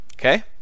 Okay